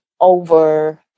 over